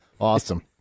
Awesome